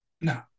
No